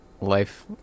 life